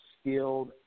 skilled